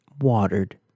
watered